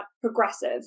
Progressive